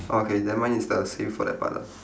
orh K then mine is the same for that part lah